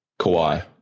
Kawhi